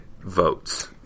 votes